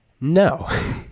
no